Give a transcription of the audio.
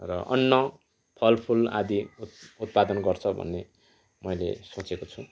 र अन्न फलफुल आदि उत्पादन गर्छ भन्ने मैले सोचेको छु